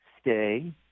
stay